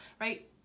right